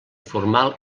formal